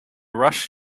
rush